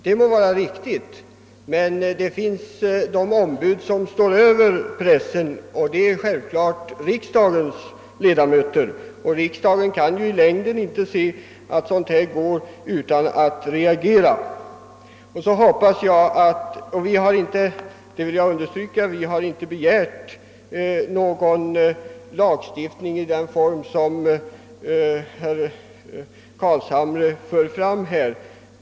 Det må ' vara riktigt, men det finns ombud som står över pressen, och det är självklart riksdagens ledamöter, och riksdagen kan inte gärna i längden se sådant som här påtalats försiggå utan att reagera. Vi har inte — det vill jag understryka — begärt någon lagstiftning i den form som herr Carlshamre talar om.